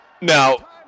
Now